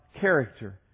character